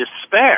despair